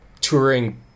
touring